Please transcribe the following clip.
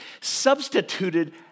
substituted